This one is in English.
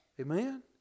Amen